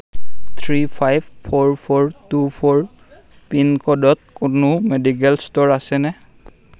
three five four four two four পিনক'ডত কোনো medical store আছেনে